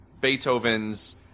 Beethoven's